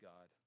God